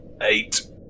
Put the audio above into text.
Eight